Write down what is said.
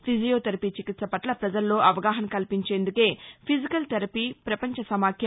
physiotherapy చికిత్స పట్ల ప్రపజలల్లో అవగాహన కల్పించేందుకే ఫిజికల్ ధెరపీ ప్రపంచ సమాఖ్య